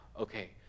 okay